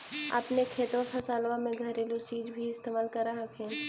अपने खेतबा फसल्बा मे घरेलू चीज भी इस्तेमल कर हखिन?